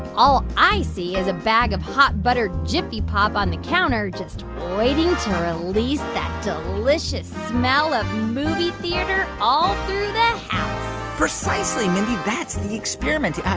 all i see is a bag of hot buttered jiffy pop on the counter just waiting to release that delicious smell of movie theater all through the house precisely, mindy. that's the experiment.